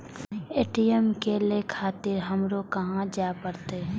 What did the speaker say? ATM ले खातिर हमरो कहाँ जाए परतें?